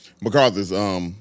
MacArthur's